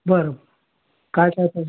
बरं काय काय तर